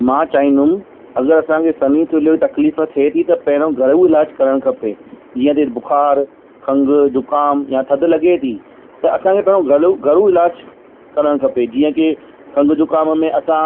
मां चाहींदुमि अगरि असांखे सन्ही थुल्ही तकलीफ़ थिए थी त पहिरीं घरू इलाजु करण खपे जीअं त बुख़ारु खंघि ज़ुख़ामु या थधि लॻे थी त असांखे पहिरीं घरू इलाजु करण खपे जीअं त खंघि जुख़ाम में असां